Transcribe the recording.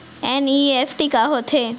NEFT का होथे?